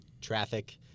traffic